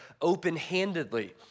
open-handedly